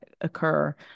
occur